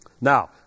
Now